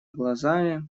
глазами